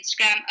Instagram